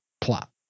plot